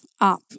up